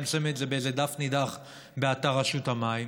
גם אם שמים את זה באיזה דף נידח באתר רשות המים.